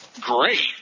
great